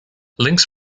links